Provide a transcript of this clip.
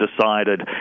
decided